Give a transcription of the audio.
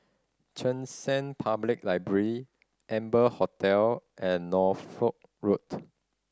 Cheng San Public Library Amber Hotel and Norfolk Road